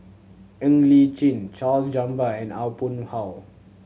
Ng Li Chin Charles Gamba and Aw Boon Haw